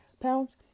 pounds